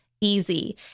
easy